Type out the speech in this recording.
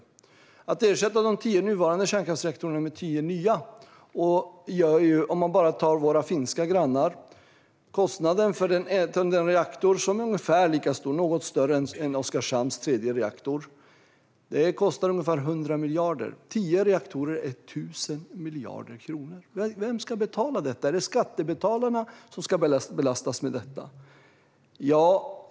När det gäller att ersätta de tio nuvarande kärnkraftsreaktorerna med tio nya kan vi titta på våra finska grannar. Kostnaden för en reaktor som är ungefär lika stor - något större - än Oskarshamns tredje reaktor är ungefär 100 miljarder. Tio reaktorer innebär 1 000 miljarder kronor. Vem ska betala detta? Är det skattebetalarna som ska belastas med det?